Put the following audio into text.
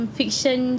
fiction